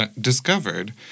discovered